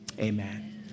amen